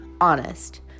honest